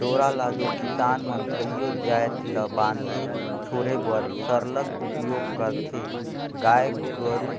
डोरा ल दो किसान मन कइयो जाएत ल बांधे छोरे बर सरलग उपियोग करथे गाय गरू